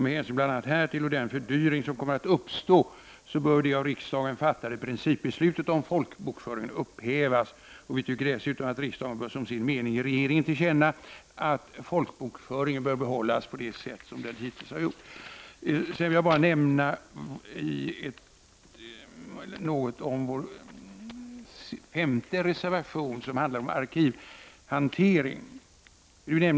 Med hänsyn härtill och till den fördyring som kommer att uppstå bör det av riksdagen fattade principbeslutet om folkbokföringen upphävas. Vi tycker dessutom att riksdagen skall som sin mening ge regeringen till känna att folkbokföringen bör skötas på samma sätt som hittills. Sedan vill jag nämna något om vår femte reservation om arkivhantering.